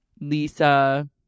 Lisa